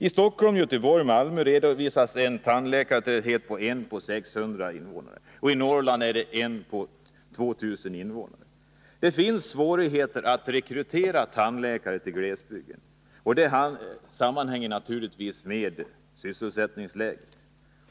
I Stockholm, Göteborg och Malmö redovisas en tandläkartäthet om en tandläkare på 600 invånare, i Norrland går det en tandläkare på 2000 invånare. Det finns svårigheter när det gäller att rekrytera tandläkare till glesbygd, och det sammanhänger naturligtvis med sysselsättningsläget.